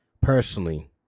personally